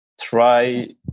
try